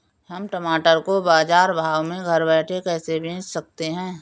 हम टमाटर को बाजार भाव में घर बैठे कैसे बेच सकते हैं?